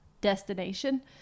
destination